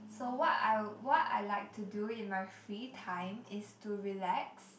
so what I li~ what I like to do in my free time is to relax